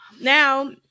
Now